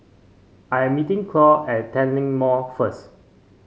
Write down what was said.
I am meeting Claud at Tanglin Mall first